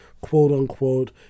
quote-unquote